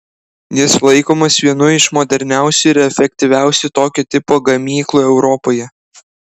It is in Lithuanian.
jis laikomas vienu iš moderniausių ir efektyviausių tokio tipo gamyklų europoje